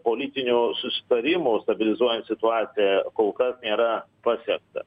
politinių susitarimų stabilizuojant situaciją kol kas nėra pasiekta